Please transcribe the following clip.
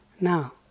now